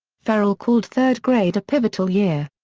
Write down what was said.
ferrell called third grade a pivotal year.